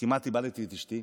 כמעט איבדתי את אשתי.